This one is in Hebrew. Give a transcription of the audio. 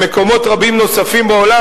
במקומות רבים נוספים בעולם,